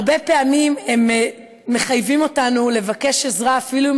הרבה פעמים הם מחייבים אותנו לבקש עזרה אפילו אם